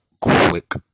quick